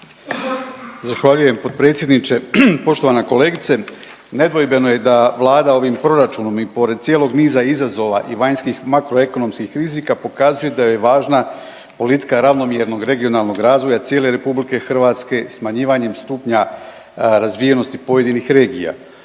Zahvaljujem potpredsjedniče. Poštovana kolegice nedvojbeno je da Vlada ovim proračunom i pored cijelog niza izazova i vanjskih makroekonomskih rizika pokazuje da je važna politika ravnomjernog razvoja cijele RH smanjivanjem stupnja razvijenosti pojedinih regija.